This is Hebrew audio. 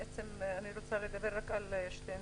בעצם אני רוצה לדבר רק על שתי נקודות.